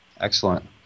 Excellent